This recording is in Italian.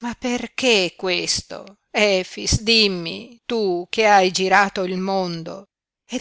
ma perché questo efix dimmi tu che hai girato il mondo è